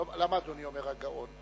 למה אדוני אומר "הגאון"?